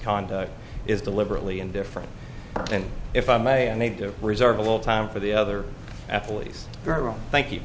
conduct is deliberately indifferent and if i may i need to reserve a little time for the other athletes girl thank you